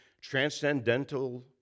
transcendental